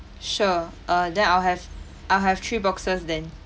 sure uh then I'll have I'll have three boxes then